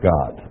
God